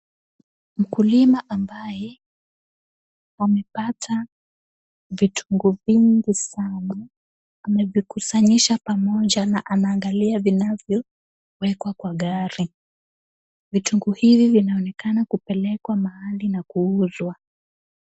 Mkulima ambaye amepata vitunguu vingi sana. Amevikusanyisha pamoja na anaangalia vile vinavyowekwa kwa gari. Vitunguu hivi vinaonekana kupelekwa mahali na kuuzwa.